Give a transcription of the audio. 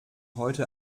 heute